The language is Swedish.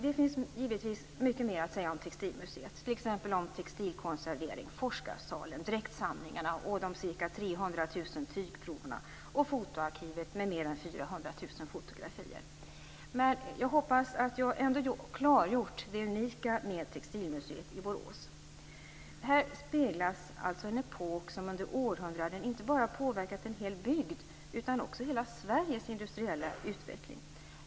Det finns givetvis mycket mer att säga om Textilmuseet, t.ex. om textilkonservering, forskarsalen, dräktsamlingarna, de ca 300 000 tygproverna och fotoarkivet med mer än 400 000 fotografier. Men jag hoppas att jag ändå har klargjort det unika med textilmuseet i Borås. Här speglas alltså en epok som under århundraden inte bara påverkat en hel bygd utan också hela Sveriges industriella utveckling.